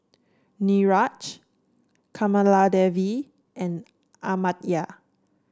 Niraj Kamaladevi and Amartya